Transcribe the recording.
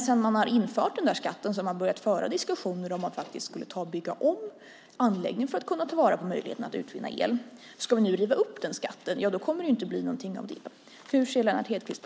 Sedan skatten införts har man dock börjat föra diskussioner om att bygga om anläggningen för att kunna ta vara på möjligheten att utvinna el. Ska vi nu riva upp den skatten kommer det inte att bli någonting av det.